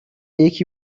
یکی